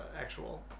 actual